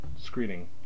screening